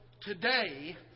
today